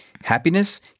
Happiness